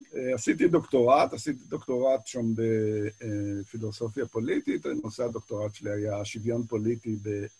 עשיתי דוקטורט, עשיתי דוקטורט שם בפילוסופיה פוליטית, הנושא הדוקטורט שלי היה שוויון פוליטי ב...